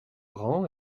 grand